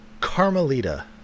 Carmelita